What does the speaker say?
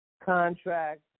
contract